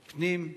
פנים,